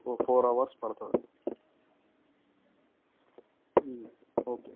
ఒక four hours పడుతుంది okay